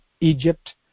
Egypt